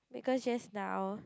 because just now